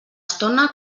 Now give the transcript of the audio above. estona